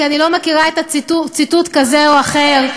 כי אני לא מכירה ציטוט כזה או אחר.